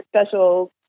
special